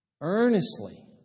earnestly